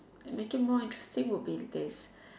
make it more interesting would be there's